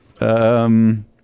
Um-